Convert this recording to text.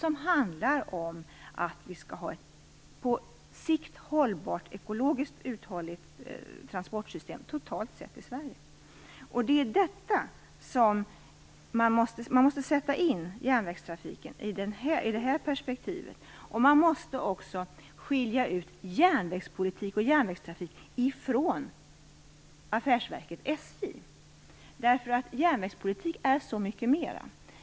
De handlar om att vi skall ha ett på sikt ekologiskt uthålligt transportsystem totalt sett i Man måste sätta in järnvägstrafiken i det här perspektivet, och man måste också skilja ut järnvägspolitik och järnvägstrafik från affärsverket SJ. Järnvägspolitik är så mycket mera.